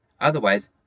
Otherwise